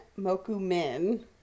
Mokumin